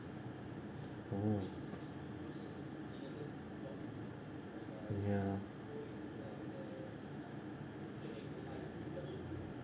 oh ya